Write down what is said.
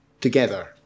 together